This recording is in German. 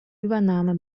übernahme